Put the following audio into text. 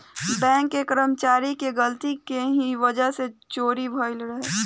bank के कर्मचारी के गलती के ही वजह से चोरी भईल रहे